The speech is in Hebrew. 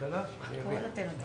לנושא